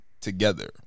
together